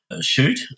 shoot